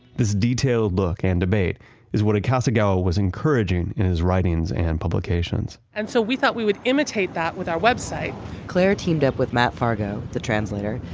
this detailed look and debate is what akasegawa was encouraging in his writings and publications. and so we thought we would imitate that with our website claire teamed up with matt fargo, the translator,